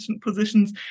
positions